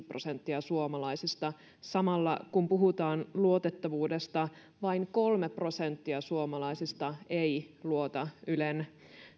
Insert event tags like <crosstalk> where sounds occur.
<unintelligible> prosenttia suomalaisista samalla kun puhutaan luotettavuudesta vain kolme prosenttia suomalaisista ei luota ylen